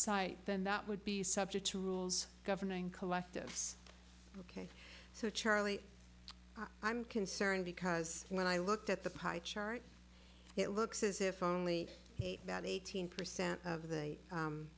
site then that would be subject to rules governing collectives so charlie i'm concerned because when i looked at the pie chart it looks as if only about eighteen percent of the